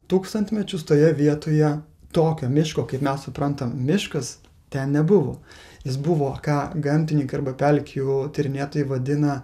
tūkstantmečius toje vietoje tokio miško kaip mes suprantam miškas ten nebuvo jis buvo ką gamtininkai arba pelkių tyrinėtojai vadina